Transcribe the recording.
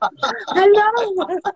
Hello